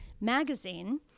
magazine